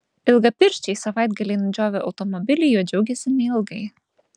ilgapirščiai savaitgalį nudžiovę automobilį juo džiaugėsi neilgai